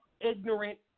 ignorant